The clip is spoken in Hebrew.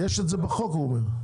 יש את זה בחוק הוא אומר.